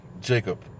Jacob